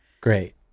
Great